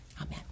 Amen